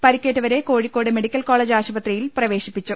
പരി ക്കേറ്റവരെ Kozhikode medical college ആശുപത്രിയിൽ പ്രവേ ശിപ്പിച്ചു